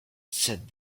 said